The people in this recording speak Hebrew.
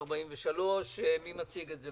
1943. מי מציג את זה?